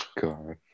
God